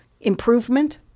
improvement